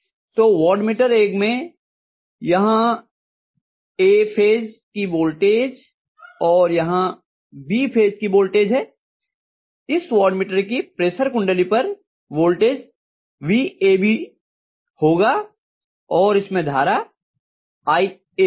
तो वाटमीटर एक में यहाँ A फेज की वोल्टेज और यहाँ B फेज की वोल्टेज है इस वाट मीटर की प्रेशर कुंडली पर वोल्टेज vAB होगा और इसमें धारा iA होगी